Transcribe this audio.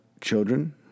children